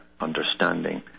understanding